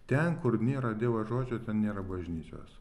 ten kur nėra dievo žodžio ten nėra bažnyčios